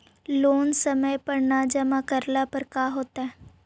Loan समय पर न जमा करला पर का होतइ?